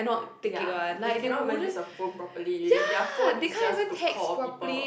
ya they cannot even use the phone properly already their phone is just to call people